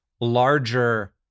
larger